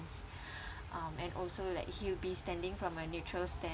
um and also like he'll be standing from a neutral stand